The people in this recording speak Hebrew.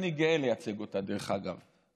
אני גאה לייצג אותה, דרך אגב.